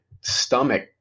stomach